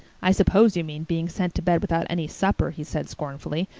i s'pose you mean being sent to bed without any supper, he said scornfully,